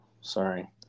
sorry